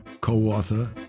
co-author